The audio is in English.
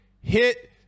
Hit